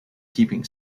keeping